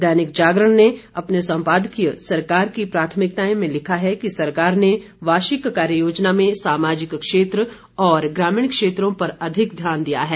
दैनिक जागरण ने अपने सम्पादकीय सरकार की प्राथमिकताए में लिखा है कि सरकार ने वार्षिक कार्ययोजना में सामाजिक क्षेत्र और ग्रामीण क्षेत्रों पर अधिक ध्यान दिया है